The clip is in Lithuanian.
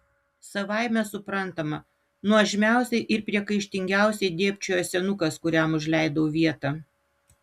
savaime suprantama nuožmiausiai ir priekaištingiausiai dėbčiojo senukas kuriam užleidau vietą